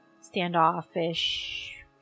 standoffish